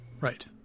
Right